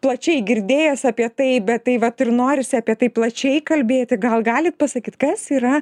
plačiai girdėjęs apie tai bet tai vat ir norisi apie tai plačiai kalbėti gal galit pasakyti kas yra